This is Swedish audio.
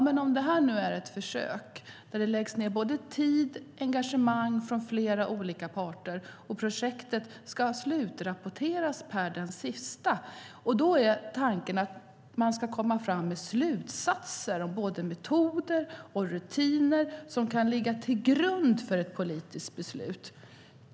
Men det här är ett försök där det läggs ned både tid och engagemang från flera olika parter, och projektet ska slutrapporteras per den 31 december. Då är tanken att man ska komma fram med slutsatser om både metoder och rutiner som kan ligga till grund för ett politiskt beslut.